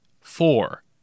Four